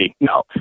No